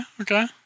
okay